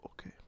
Okay